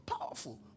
Powerful